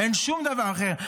אין שום דבר אחר.